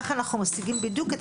אין כוונה להפלות,